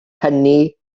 hynny